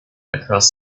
across